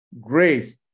grace